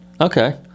Okay